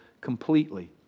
completely